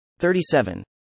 37